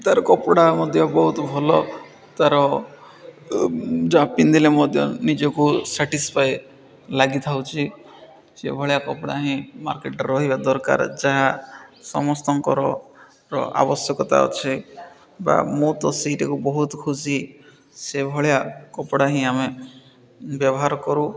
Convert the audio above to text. ତା'ର କପଡ଼ା ମଧ୍ୟ ବହୁତ ଭଲ ତା'ର ଯାହା ପିନ୍ଧିଲେ ମଧ୍ୟ ନିଜକୁ ସେଟିସ୍ପାଏ ଲାଗିଥାଉଛିି ସେଭଳିଆ କପଡ଼ା ହିଁ ମାର୍କେଟ୍ରେ ରହିବା ଦରକାର୍ ଯାହା ସମସ୍ତଙ୍କରର ଆବଶ୍ୟକତା ଅଛେ ବା ମୁଁ ତ ସେଇଟାକୁ ବହୁତ ଖୁସି ସେଭଳିଆ କପଡ଼ା ହିଁ ଆମେ ବ୍ୟବହାର କରୁ